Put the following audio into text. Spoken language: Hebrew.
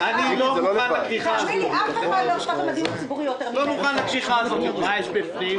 ואני מדבר פה בשם 500 חברות שהעברות אליהן נעצרו לפני למעלה מחודש.